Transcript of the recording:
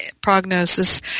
prognosis